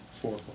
Four